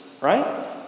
right